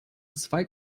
zwei